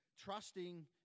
trusting